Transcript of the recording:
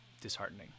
disheartening